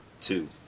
two